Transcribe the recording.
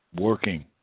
working